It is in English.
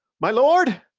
my lord,